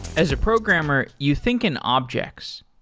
as a programmer, you think in objects.